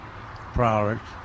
products